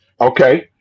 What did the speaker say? Okay